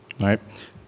right